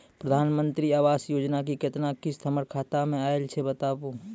प्रधानमंत्री मंत्री आवास योजना के केतना किस्त हमर खाता मे आयल छै बताबू?